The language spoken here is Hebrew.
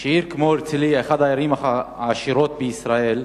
שעיר כמו הרצלייה, אחת הערים העשירות בישראל,